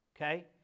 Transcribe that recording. okay